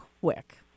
quick